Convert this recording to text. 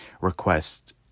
request